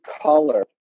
color